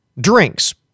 drinks